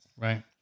Right